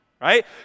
right